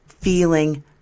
feeling